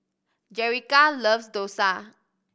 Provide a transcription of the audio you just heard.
Jerica loves dosa